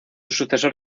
sucesor